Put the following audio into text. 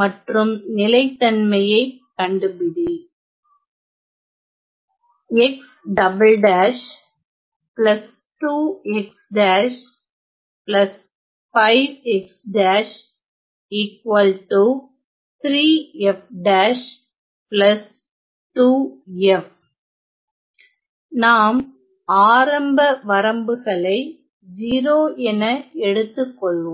மற்றும் நிலைத்தன்மையை கண்டுபிடி நாம் ஆரம்ப வரம்புகளை 0 என எடுத்துக்கொள்வோம்